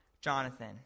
Jonathan